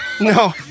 no